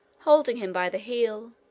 holding him by the heel.